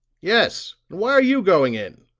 yes and why are you going in?